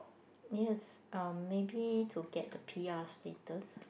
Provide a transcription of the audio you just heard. yes um maybe to get the p_r status